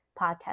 podcast